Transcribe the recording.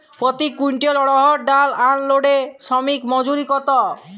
প্রতি কুইন্টল অড়হর ডাল আনলোডে শ্রমিক মজুরি কত?